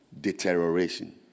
deterioration